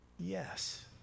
Yes